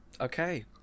Okay